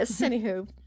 Anywho